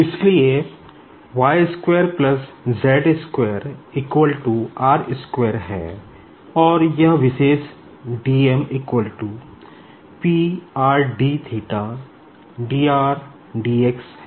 इसलिए है और यह विशेष dm है